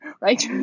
right